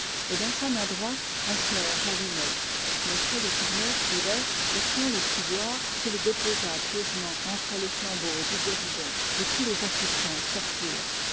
et dans sa main droite un cierge allumé m le tourneur suivait portant le ciboire qu'il déposa pieusement entre les flambeaux du guéridon et tous les assistants sortirent